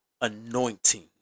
anointing